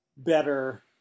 better